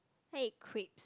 hey creep